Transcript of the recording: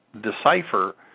decipher